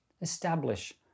establish